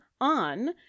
on